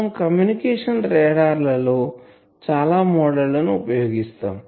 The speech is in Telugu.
మనం కమ్యూనికేషన్ రాడార్ ల లో చాలా మోడళ్ళు ని ఉపయోగిస్తాం